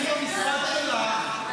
תקציב המשרד שלך,